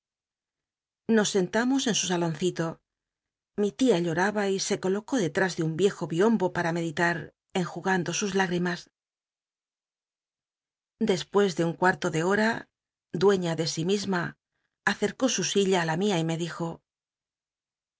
nos sentamos en su saloncito mi tia lloaba y se colocó des de un iejo biombo para meditar enjugando sus higrimas despues de un cuarto de hoa dueña de sí misma acecó su silla á la mia y me dijo